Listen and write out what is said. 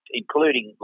including